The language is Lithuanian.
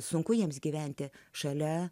sunku jiems gyventi šalia